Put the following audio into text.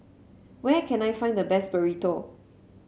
where can I find the best Burrito